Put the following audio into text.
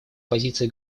позиции